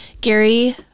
Gary